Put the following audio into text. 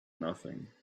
nothing